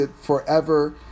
forever